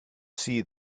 see